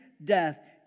death